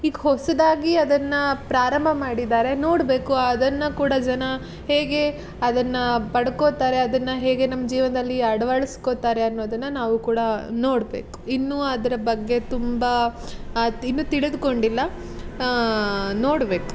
ಈಗ ಹೊಸದಾಗಿ ಅದನ್ನು ಪ್ರಾರಂಭ ಮಾಡಿದ್ದಾರೆ ನೋಡಬೇಕು ಅದನ್ನು ಕೂಡ ಜನ ಹೇಗೆ ಅದನ್ನು ಪಡ್ಕೋತಾರೆ ಅದನ್ನು ಹೇಗೆ ನಮ್ಮ ಜೀವನದಲ್ಲಿ ಅಳ್ವಳ್ಸ್ಕೊತಾರೆ ಅನ್ನೋದನ್ನು ನಾವೂ ಕೂಡ ನೋಡಬೇಕು ಇನ್ನೂ ಅದರ ಬಗ್ಗೆ ತುಂಬ ಇನ್ನೂ ತಿಳಿದುಕೊಂಡಿಲ್ಲ ನೋಡಬೇಕು